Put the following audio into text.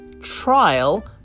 Trial